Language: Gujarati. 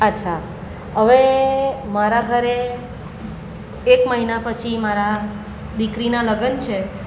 અચ્છા હવે મારા ઘરે એક મહિના પછી મારા દીકરીનાં લગ્ન છે